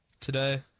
Today